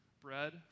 bread